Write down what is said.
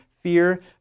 fear